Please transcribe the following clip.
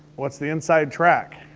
what's the inside track?